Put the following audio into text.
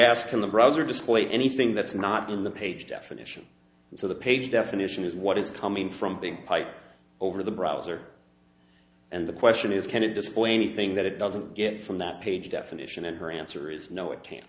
asking the browser display anything that's not in the page definition so the page definition is what is coming from a big fight over the browser and the question is can it display anything that it doesn't get from that page definition and her answer is no it can't